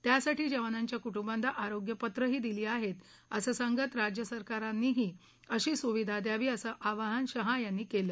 त्यासाठी जवानांच्या कुटुंबाना आरोग्यपत्र दिली आहेत असं सांगत राज्यसरकारांनीही अशी सुविधा द्यावी असं आवाहन शहा यांनी केलं